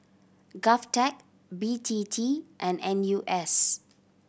GovTech B T T and N U S